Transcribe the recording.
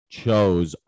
chose